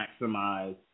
maximize